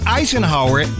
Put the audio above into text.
Eisenhower